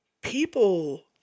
People